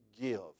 give